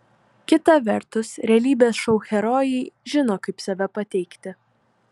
kita vertus realybės šou herojai žino kaip save pateikti